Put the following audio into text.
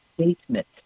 statement